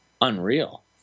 unreal